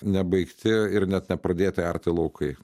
nebaigti ir net nepradėti arti laukai